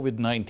COVID-19